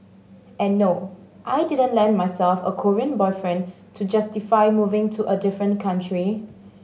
and no I didn't land myself a Korean boyfriend to justify moving to a different country